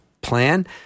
plan